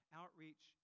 outreach